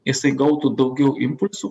jisai gautų daugiau impulsų